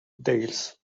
dales